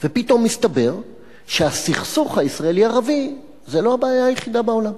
פתאום מסתבר שהסכסוך הישראלי ערבי זה לא הבעיה היחידה בעולם.